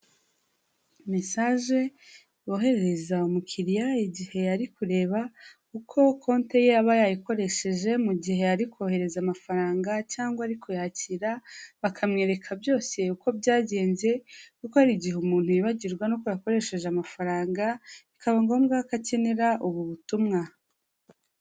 Mesaje boherereza umukiriya igihe ari kureba uko konte ye aba yayikoresheje mu gihe ari kohereza amafaranga cyangwa ari kuyakira, bakamwereka byose uko byagenze, kuko hari igihe umuntu yibagirwa n'uko yakoresheje amafaranga, bikaba ngombwa ko akenera ubu butumwa.